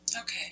Okay